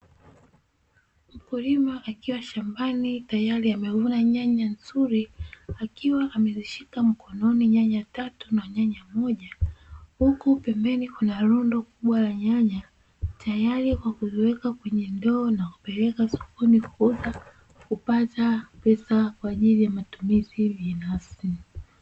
Mkulima akiwa shambani tayari amevuna nyanya nzuri, akiwa amezishika mkononi nyanya tatu na nyanya moja, huku pembeni kuna rundo kubwa la nyanya tayari kwa kuziweka kwenye ndoo na kuzipeleka sokoni kuuza kupata pesa kwa ajili ya matumizi binafsi.